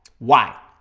why?